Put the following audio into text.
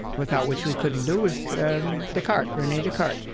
without which we couldn't do, is descartes. rene descartes.